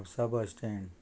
Mapusa bus stand